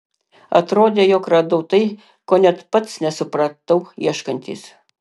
atrodė jog radau tai ko net pats nesupratau ieškantis